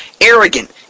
arrogant